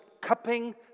cupping